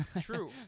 True